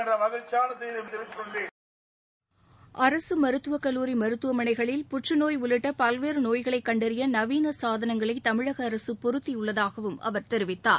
seconds அரசு மருத்துவக் கல்லூரி மருத்துவமனைகளில் புற்று நோய் உள்ளிட்ட பல்வேறு நோய்களை கண்டறிய நவீன சாதனங்களை தமிழக அரசு பொருத்தியுள்ளதாகவும் அவர் தெரிவித்தார்